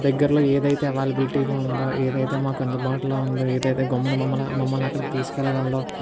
దగ్గరలో ఏదైతే అవైలబిలిటీగా ఉందో ఏదైతే మాకు అందుబాటులో ఉందో ఏదైతే గమ్మునా మమల్ని మమ్ములను అక్కడకి తీసుకు వెళ్ళగలదో